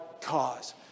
cause